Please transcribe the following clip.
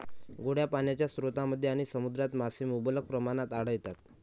गोड्या पाण्याच्या स्रोतांमध्ये आणि समुद्रात मासे मुबलक प्रमाणात आढळतात